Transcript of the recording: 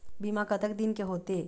बीमा कतक दिन के होते?